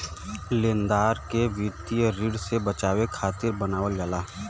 लेनदार के वित्तीय ऋण से बचावे खातिर बनावल जाला